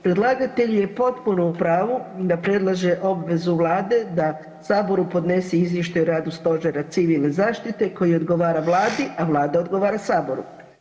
Predlagatelj je potpuno u pravu da predlaže obvezu Vlade da Saboru podnese izvještaj o radu Stožera Civilne zaštite koji odgovara Vladi, a Vlada odgovara Saboru.